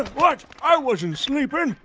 what? i wasn't sleeping